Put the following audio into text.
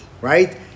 right